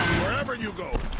wherever you go.